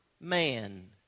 man